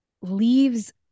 leaves